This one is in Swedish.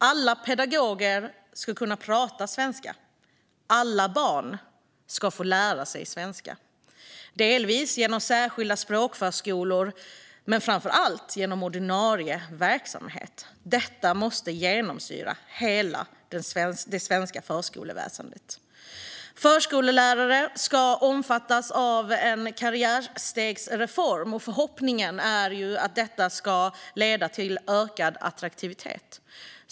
Alla pedagoger ska kunna prata svenska. Alla barn ska också få lära sig svenska, delvis genom särskilda språkförskolor men framför allt genom ordinarie verksamhet. Detta måste genomsyra hela det svenska förskoleväsendet. Förskollärare ska omfattas av en karriärstegsreform. Förhoppningen är att detta ska leda till ökad attraktivitet.